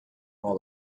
all